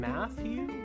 Matthew